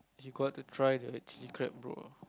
we got to try the chili crab bro